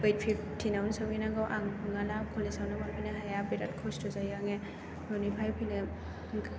eight फिफ्टिनावनो सौहैनांगौ आं मानोना कलेजआवनो मोनफैनाया बिराद खस्थ' जायो आं न'निफ्राय फैनो